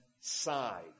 side